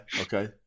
Okay